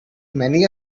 many